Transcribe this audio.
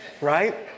right